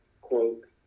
Quote